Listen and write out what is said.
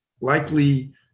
likely